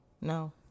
no